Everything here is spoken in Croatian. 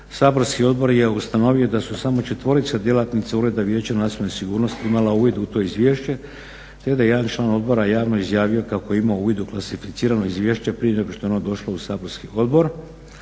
Saborski odbor je ustanovio da su samo četvorica djelatnika Ureda vijeća nacionalne sigurnosti imala uvid u to izvješće te da jedan član odbora javno izjavio kako je imao uvid u klasificirano izvješće prije nego što je ono došlo u saborski odbor.